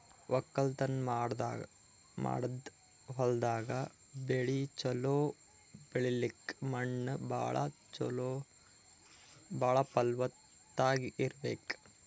ವಕ್ಕಲತನ್ ಮಾಡದ್ ಹೊಲ್ದಾಗ ಬೆಳಿ ಛಲೋ ಬೆಳಿಲಕ್ಕ್ ಮಣ್ಣ್ ಭಾಳ್ ಫಲವತ್ತಾಗ್ ಇರ್ಬೆಕ್